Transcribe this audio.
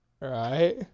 Right